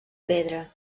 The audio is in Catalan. pedra